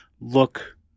Look